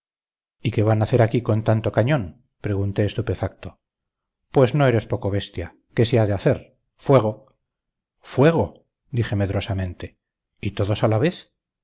y qué van a hacer aquí con tanto cañón pregunté estupefacto pues no eres poco bestia qué se ha de hacer fuego fuego dije medrosamente y todos a la vez